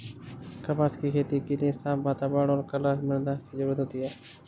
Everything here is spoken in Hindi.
कपास की खेती के लिए साफ़ वातावरण और कला मृदा की जरुरत होती है